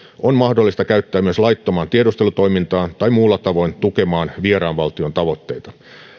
on mahdollista käyttää myös laittomaan tiedustelutoimintaan tai muulla tavoin tukemaan vieraan valtion tavoitteita